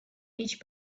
each